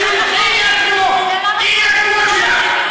זה לא נכון.